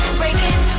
breaking